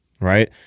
Right